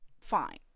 Fine